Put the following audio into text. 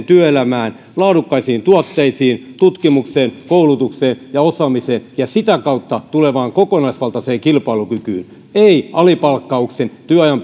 työelämään laadukkaisiin tuotteisiin tutkimukseen koulutukseen ja osaamiseen ja sitä kautta tulevaan kokonaisvaltaiseen kilpailukykyyn ei alipalkkauksen työajan